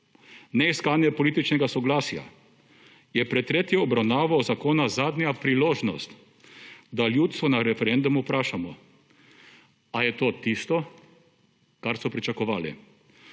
ne iskanja političnega soglasja, je pred tretjo obravnavo zakona zadnja priložnost, da ljudstvo na referendumu vprašamo ali je to tisto, kar so pričakovali.